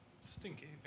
Stinky